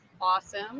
Awesome